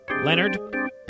Leonard